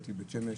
בבית שמש.